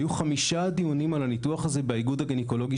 היו חמישה דיונים על הניתוח הזה באיגוד הגניקולוגי